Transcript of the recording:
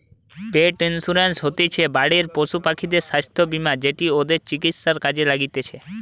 পেট insurance হতিছে বাড়ির পশুপাখিদের স্বাস্থ্য বীমা যেটি ওদের চিকিৎসায় কাজে লাগতিছে